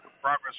progress